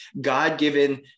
God-given